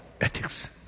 ethics